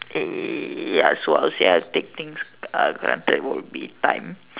ya so I will say I take things are granted will be time